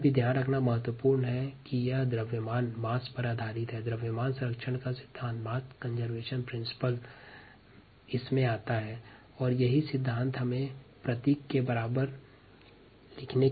यह भी ध्यान रखना महत्वपूर्ण है कि यहाँ द्रव्यमान संरक्षण सिद्धांत का उपयोग होता है अतः द्रव्यमान महत्वपूर्ण है